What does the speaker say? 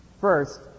first